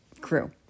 crew